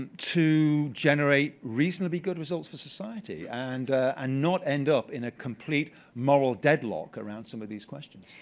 and to generate reasonably good results for society and and not end up in a complete moral deadlock around some of these questions.